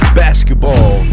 basketball